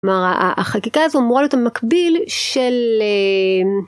החקיקה הזאת אמורה להיות המקביל של.